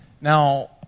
Now